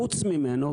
חוץ ממנו,